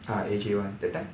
ah A_J [one] that time